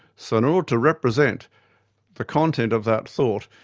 so in order to represent the content of that thought,